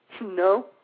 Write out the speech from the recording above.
No